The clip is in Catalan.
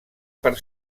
per